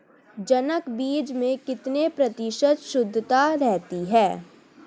जनक बीज में कितने प्रतिशत शुद्धता रहती है?